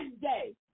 day